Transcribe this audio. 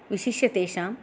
विशिष्य तेषां